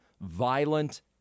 violent